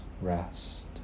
rest